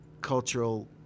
cultural